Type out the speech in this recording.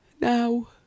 Now